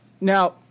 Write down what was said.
Now